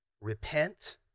repent